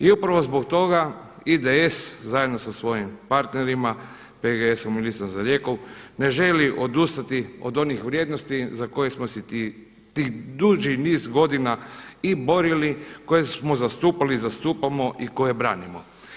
I upravo zbog toga IDS zajedno sa svojim partnerima PGS-om i Listom za Rijeku ne želi odustati od onih vrijednosti za koje smo se duži niz godina i borili, koje smo zastupali i zastupamo i koje branimo.